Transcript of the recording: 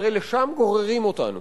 הרי לשם גוררים אותנו.